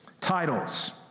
titles